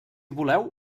voleu